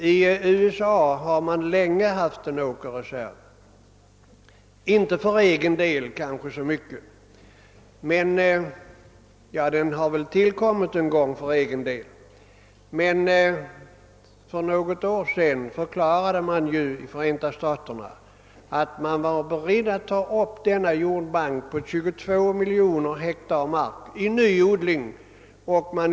I USA har man länge haft en åkerreserv. Den tillkom visserligen för egna behov, men man förklarade för något år sedan i Förenta staterna att man var beredd att ta upp denna jordbank på 22 miljoner hektar mark i ny odling.